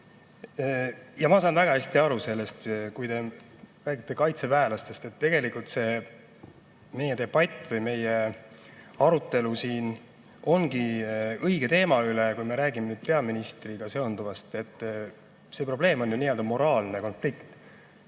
Ma saan väga hästi aru sellest, et kui te räägite kaitseväelastest, siis tegelikult see meie debatt või meie arutelu siin ongi õige teema üle, kui me räägime peaministriga seonduvast. See probleem on ju nii-öelda moraalne konflikt